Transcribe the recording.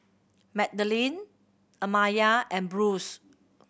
Madaline Amaya and Bruce